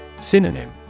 Synonym